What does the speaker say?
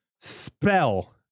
spell